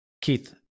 Keith